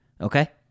okay